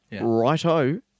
right-o